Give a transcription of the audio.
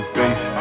face